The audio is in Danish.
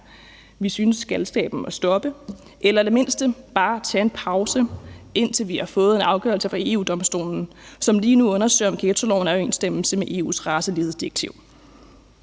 Vi synes, at galskaben må stoppe – eller i det mindste bare tage en pause, indtil vi har fået en afgørelse fra EU-Domstolen, som lige nu undersøger, om ghettoloven er i overensstemmelse med EU's racelighedsdirektiv.